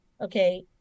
okay